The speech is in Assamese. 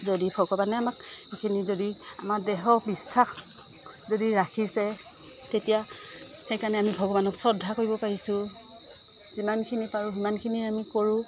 যদি ভগৱানে আমাক সেইখিনি যদি আমাৰ দৃঢ় বিশ্বাস যদি ৰাখিছে তেতিয়া সেইকাৰণে আমি ভগৱানক শ্ৰদ্ধা কৰিব পাৰিছোঁ যিমানখিনি পাৰোঁ সিমানখিনি আমি কৰোঁ